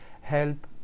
help